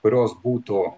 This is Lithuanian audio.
kurios būtų